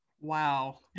Wow